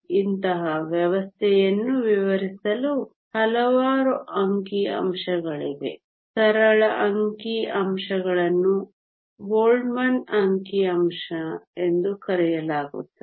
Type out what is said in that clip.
ಇಂತಹ ವ್ಯವಸ್ಥೆಯನ್ನು ವಿವರಿಸಲು ಹಲವಾರು ಅಂಕಿಅಂಶಗಳಿವೆ ಸರಳ ಅಂಕಿಅಂಶಗಳನ್ನು ಬೋಲ್ಟ್ಜ್ಮನ್ ಅಂಕಿಅಂಶ ಎಂದು ಕರೆಯಲಾಗುತ್ತದೆ